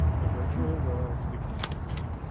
the virtual worlds we can master,